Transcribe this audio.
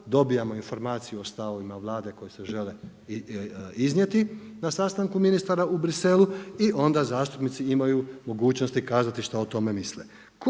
dobivamo informaciju o stavovima Vlade koji se žele iznijeti na sastanku ministara u Briselu i onda zastupnici imaju mogućnosti kazati što o tome misle.